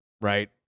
right